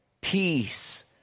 peace